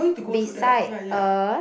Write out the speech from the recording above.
beside a